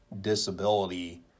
disability